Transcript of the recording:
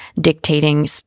dictating